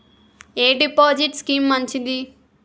ఎ deposit scheme మంచిది?